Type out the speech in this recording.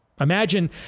Imagine